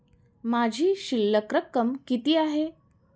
माझी शिल्लक रक्कम किती आहे?